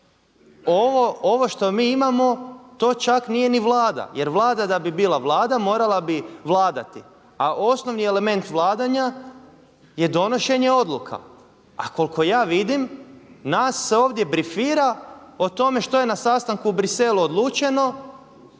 ovo što mi imamo to čak nije ni Vlada. Jer Vlada da bi bila Vlada morala bi vladati, a osnovni element vladanja je donošenje odluka. A koliko ja vidim nas se ovdje brifira o tome što je na sastanku u Bruxellesu odlučeno